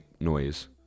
noise